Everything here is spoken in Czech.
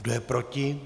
Kdo je proti?